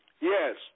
Yes